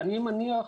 ואני מניח,